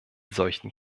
solchen